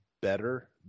better